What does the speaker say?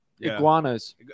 iguanas